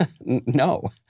no